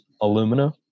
alumina